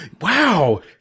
wow